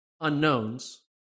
unknowns